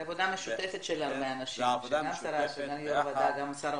זו עבודה משותפת - גם שר האוצר.